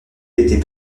était